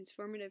transformative